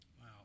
Wow